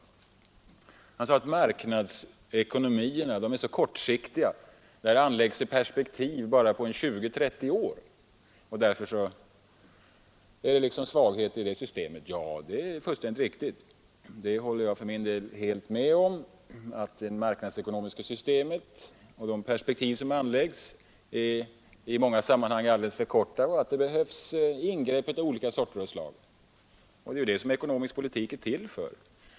Herr Palme sade att marknadsekonomin är så kortsiktig; där tillämpas perspektiv på bara 20—30 år, och det är svagheten i det systemet. Detta är fullständigt riktigt. Jag håller helt med om att det marknadsekonomiska systemet och de perspektiv som anläggs där i många fall är alldeles för korta och att det behövs ingrepp av olika slag. Det är detta som ekonomisk politik är till för.